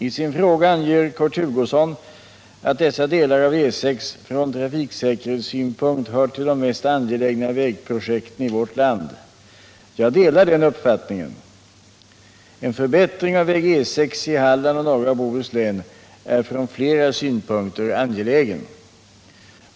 I sin fråga anger Kurt Hugosson att dessa delar av E 6 från trafiksäkerhetssynpunkt hör till de mest angelägna vägprojekten i vårt land. Jag delar den uppfattningen. En förbättring av väg E 6 i Halland och norra Bohuslän är från flera synpunkter angelägen.